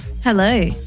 Hello